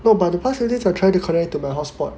no but the past few days I try to connect to my hotspot